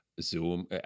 Zoom